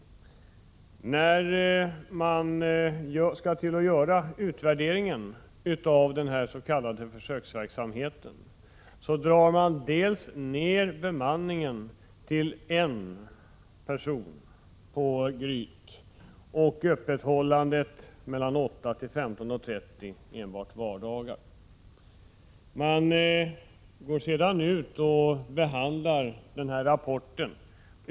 När man sedan skall utvärdera försöksverksamheten, drar man ner bemanningen på Gryt till en person och inskränker öppethållandet ytterligare, till mellan kl. 8.00 och kl. 15.30 enbart vardagar.